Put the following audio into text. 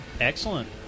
Excellent